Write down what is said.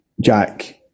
Jack